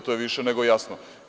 To je više nego jasno.